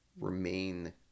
remain